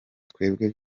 twebwe